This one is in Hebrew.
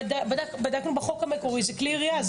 בדקנו בחוק המקורי וזה כלי ירייה.